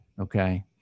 Okay